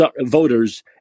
voters